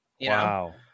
Wow